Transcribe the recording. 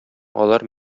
алар